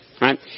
right